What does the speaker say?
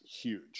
huge